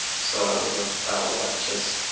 so that was about, what? just